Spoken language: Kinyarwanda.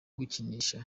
gukinisha